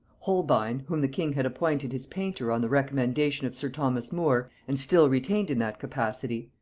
holbein, whom the king had appointed his painter on the recommendation of sir thomas more, and still retained in that capacity,